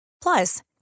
plus